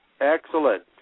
Excellent